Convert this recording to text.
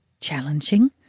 challenging